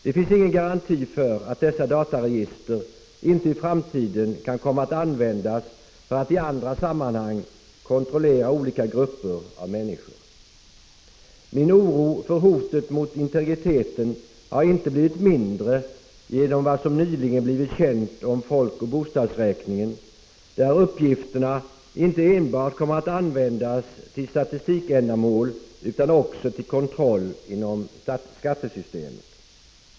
Det finns ingen garanti för att dessa dataregister i framtiden inte kan komma att användas för att i andra sammanhang kontrollera olika grupper av människor. Min oro över hotet mot integriteten har inte blivit mindre genom vad som nyligen blivit känt om folkoch bostadsräkningen, där uppgifterna kommer att användas inte enbart för statistikändamål utan också för kontroll inom skattesystemet.